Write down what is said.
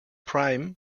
prime